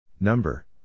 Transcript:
Number